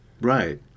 Right